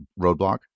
roadblock